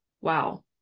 wow